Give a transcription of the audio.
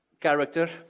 character